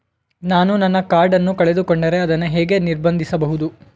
ನಾನು ನನ್ನ ಕಾರ್ಡ್ ಅನ್ನು ಕಳೆದುಕೊಂಡರೆ ಅದನ್ನು ಹೇಗೆ ನಿರ್ಬಂಧಿಸಬಹುದು?